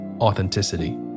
authenticity